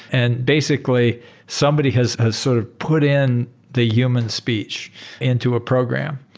and basically somebody has has sort of put in the human speech into a program.